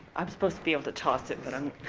i'm supposed to be able to toss it, but